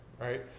Right